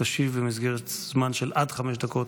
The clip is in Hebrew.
תשיב, במסגרת זמן של עד חמש דקות,